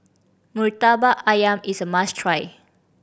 Murtabak Ayam is a must try